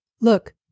Look